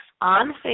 on